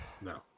No